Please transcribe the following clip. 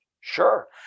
Sure